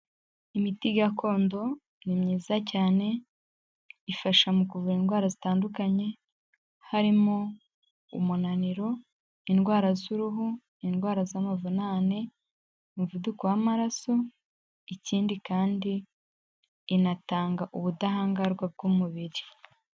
Imiti gakondo ni myiza cyane ifasha mu kuvura indwara zitandukanye, harimo umunaniro, indwara z'uruhu, indwara z'amavunane, umuvuduko w'amaraso, ikindi kandi inatanga ubudahangarwa bw'umubiri.